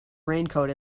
raincoat